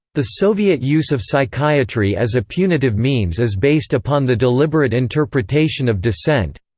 the soviet use of psychiatry as a punitive means is based upon the deliberate interpretation of dissent.